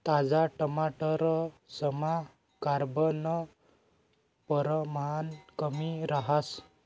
ताजा टमाटरसमा carbon परमाण कमी रहास